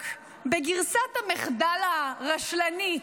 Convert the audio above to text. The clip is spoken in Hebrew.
רק בגרסת המחדל הרשלנית.